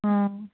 ꯑꯥ